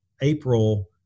April